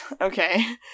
Okay